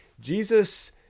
Jesus